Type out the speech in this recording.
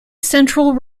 central